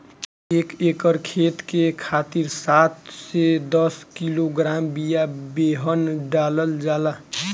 एक एकर खेत के खातिर सात से दस किलोग्राम बिया बेहन डालल जाला?